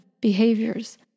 behaviors